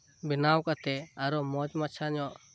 ᱵᱮᱱᱟᱣ ᱠᱟᱛᱮᱫ ᱟᱨᱚ ᱢᱚᱸᱡᱽ ᱢᱟᱪᱷᱟ ᱧᱚᱜ